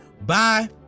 Bye